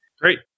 Great